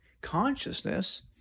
consciousness